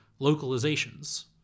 localizations